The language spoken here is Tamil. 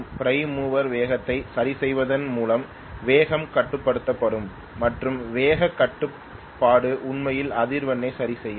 பிரைம் மூவர் வேகத்தை சரிசெய்வதன் மூலம் வேகம் கட்டுப்படுத்தப்படும் மற்றும் வேகக் கட்டுப்பாடு உண்மையில் அதிர்வெண்ணை சரிசெய்யும்